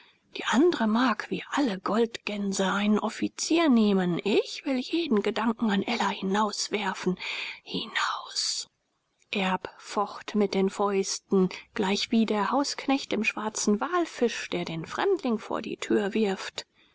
die andre mag wie alle goldgänse einen offizier nehmen ich will jeden gedanken an ella hinauswerfen hinaus erb focht mit den fäusten gleichwie der hausknecht im schwarzen walfisch der den fremdling vor die tür wirft